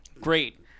Great